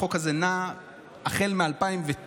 החוק הזה נע החל מ-2002,